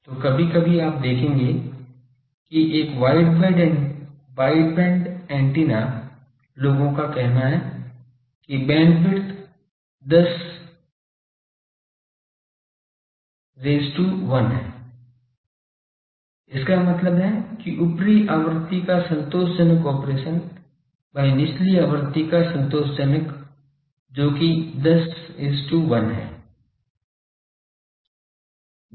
तो कभी कभी आप देखेंगे कि एक वाइडबैंड एंटीना लोगों का कहना है कि बैंडविड्थ 10 is to 1 है इसका मतलब है कि ऊपरी आवृत्ति का संतोषजनक ऑपरेशन by निचली आवृत्ति का ऑपरेशन संतोषजनक जो की 10 is to 1 है